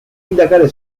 indagare